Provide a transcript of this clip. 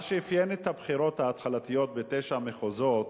מה שאפיין את הבחירות ההתחלתיות בתשעה מחוזות,